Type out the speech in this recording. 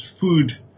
food